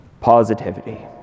Positivity